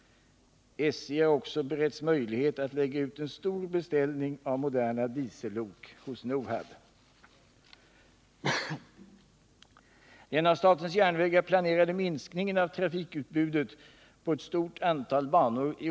SJ har också beretts möjlighet att lägga ut en stor beställning av moderna diesellok hos NOHAB.